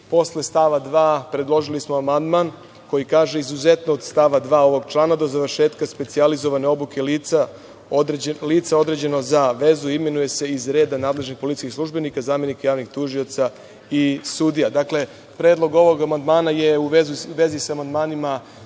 posle stava 2. predložili smo amandman koji kaže – Izuzetno od stava 2. ovog člana do završetka specijalizovane obuke lica, lica određenog za vezu imenuje se iz reda nadležnih policijskih službenika, zamenika javnih tužioca i sudija. Dakle, predlog ovog amandmana je vezi sa amandmanima